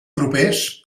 propers